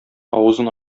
авызын